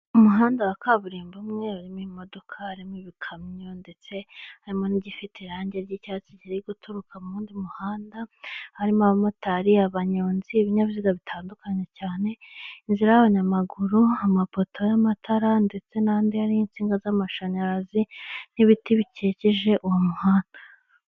Ku muhanda wa kaburimbo umwe urimo imodoka harimo ibikamyo ndetse harimo n'igifite irangi ry'icyatsi kiri guturuka mu wundi muhanda, harimo abamotari, abanyonzi, ibinyabiziga bitandukanye cyane, inzira y'abanyamaguru, amapoto y'amatara ndetse n'ahandi hari n'insinga z'amashanyarazi n'ibiti bikikije uwo muhanda.